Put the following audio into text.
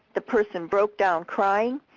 the person broke down crying,